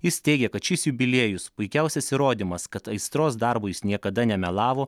jis teigia kad šis jubiliejus puikiausias įrodymas kad aistros darbui jis niekada nemelavo